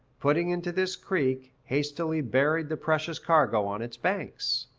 putting into this creek, hastily buried the precious cargo on its banks.